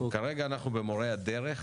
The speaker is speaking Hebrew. כרגע אנחנו במורי הדרך.